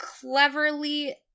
cleverly